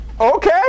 okay